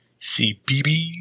CBB